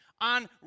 on